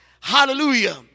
hallelujah